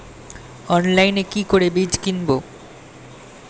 অনলাইনে কি করে বীজ কিনব?